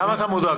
למה אתה מודאג?